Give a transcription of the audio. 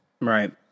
Right